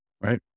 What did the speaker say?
right